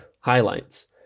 highlights